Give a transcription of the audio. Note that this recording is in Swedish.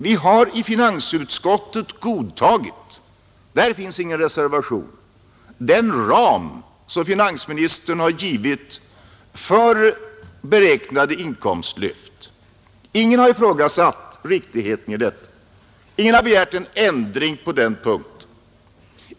Vi har i finansutskottet godtagit — där finns ingen reservation — den ram som finansministern har givit för beräknade inkomstlyft. Ingen har ifrågasatt riktigheten i detta, ingen har begärt en ändring på den punkten.